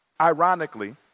Ironically